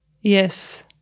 Yes